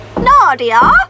Nadia